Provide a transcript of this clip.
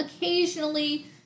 occasionally